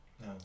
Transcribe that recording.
No